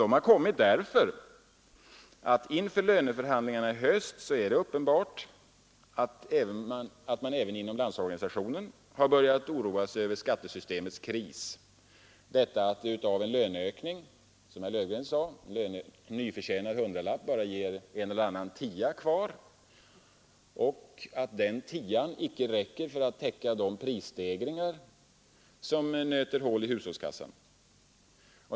De har kommit därför att det inför löneförhandlingarna i höst är uppenbart att man även inom LO har börjat oroa sig över skattesystemets kris: en nyförtjänad hundralapp ger, som herr Löfgren sade, bara en eller annan tia kvar, och denna tia räcker inte för att täcka de prisstegringar som nöter hål i hushållskassan.